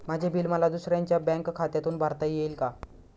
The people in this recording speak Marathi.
माझे बिल मला दुसऱ्यांच्या बँक खात्यातून भरता येईल का?